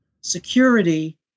security